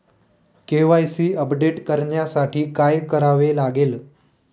KYC update करण्यासाठी काय करावे लागेल?